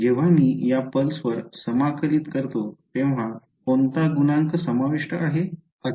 जेव्हा मी या पल्सवर समाकलित करतो तेव्हा कोणता गुणांक समाविष्ट आहे